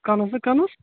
کنَس ہا کنَس